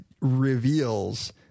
reveals